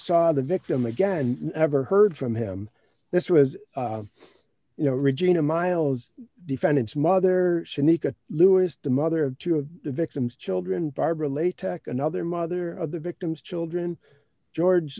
saw the victim again never heard from him this was you know regina miles defendant's mother should make a lewis the mother of two of the victims children barbara latex another mother of the victims children george